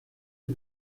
est